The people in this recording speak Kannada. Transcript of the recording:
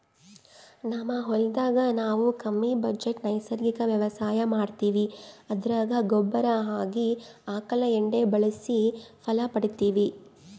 ನಮ್ ಹೊಲದಾಗ ನಾವು ಕಮ್ಮಿ ಬಜೆಟ್ ನೈಸರ್ಗಿಕ ವ್ಯವಸಾಯ ಮಾಡ್ತೀವಿ ಅದರಾಗ ಗೊಬ್ಬರ ಆಗಿ ಆಕಳ ಎಂಡೆ ಬಳಸಿ ಫಲ ಪಡಿತಿವಿ